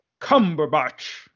cumberbatch